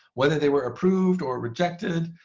whether they were approved or rejected.